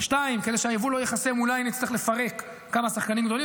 2. כדי שהיבוא לא ייחסם אולי נצטרך לפרק כמה שחקנים גדולים.